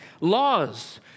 laws